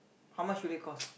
how much will it cost